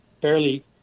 fairly